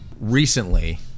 recently